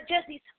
Jesse's